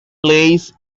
plays